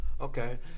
Okay